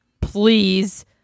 please